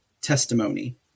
testimony